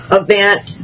event